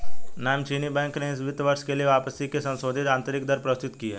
नामचीन बैंक ने इस वित्त वर्ष के लिए वापसी की संशोधित आंतरिक दर प्रस्तुत की